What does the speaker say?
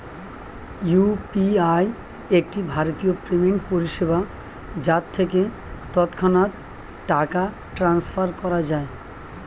UPI একটি ভারতীয় payment পরিষেবা যার থেকে তৎক্ষণাৎ টাকা ট্রান্সফার করা যায়